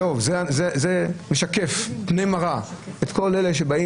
זה משקף את כל אלה שבאים